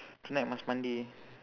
tonight must mandi